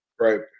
Right